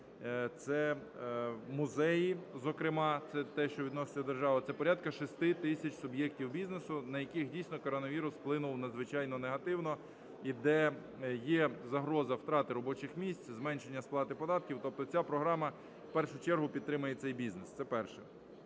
це музеї зокрема, це те, що відноситься до держави. Це порядка 6 тисяч суб'єктів бізнесу, на яких дійсно коронавірус вплинув надзвичайно негативно і де є загроза втрати робочих місць, зменшення сплати податків, тобто ця програма в першу чергу підтримує цей бізнес. Це перше.